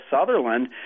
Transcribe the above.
Sutherland